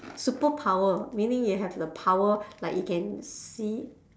superpower meaning you have the power like you can see